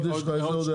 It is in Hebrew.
יש לך עוד הערות?